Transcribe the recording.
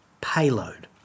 payload